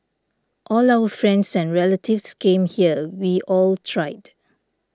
all our friends and relatives came here we all tried